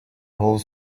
whole